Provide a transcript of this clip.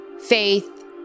faith